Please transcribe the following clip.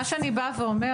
מה שאני באה ואומרת.